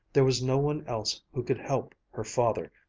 there was no one else who could help her father.